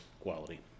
quality